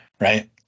right